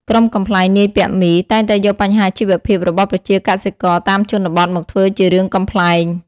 ក្រុមកំប្លែងនាយពាក់មី តែងតែយកបញ្ហាជីវភាពរបស់ប្រជាកសិករតាមជនបទមកធ្វើជារឿងកំប្លែង។